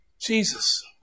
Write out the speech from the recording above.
Jesus